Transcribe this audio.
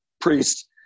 priest